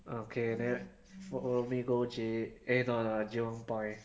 okay then probably go j~ eh no lah jurong point